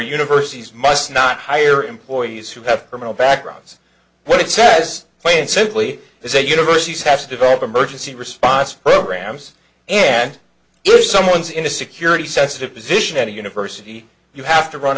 universities must not hire employees who have criminal backgrounds what it says plain and simply is that universities have to develop emergency response programs and if someone's in a security sensitive position at a university you have to run